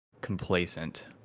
complacent